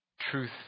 truth